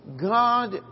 God